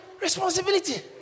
responsibility